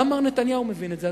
גם מר נתניהו מבין את זה,